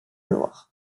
loire